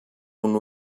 una